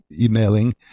emailing